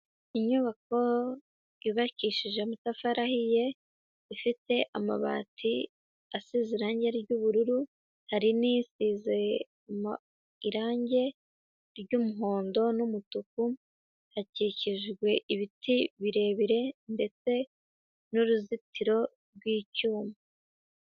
Inyubako yubakishije amatafari ahiye ifite amabati asize irange ry'ubururu, hari n'isize irangi ry'umuhondo n'umutuku, hakikijwe ibiti birebire ndetse n'uruzitiro rw'icyuma,